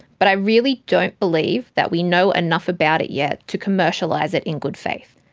but i really don't believe that we know enough about it yet to commercialise it in good faith.